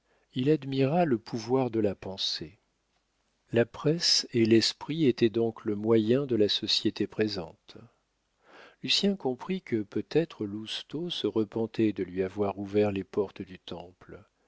il admira le pouvoir de la pensée la presse et l'esprit étaient donc le moyen de la société présente lucien comprit que peut-être lousteau se repentait de lui avoir ouvert les portes du temple